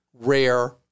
rare